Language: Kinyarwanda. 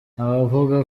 abavuga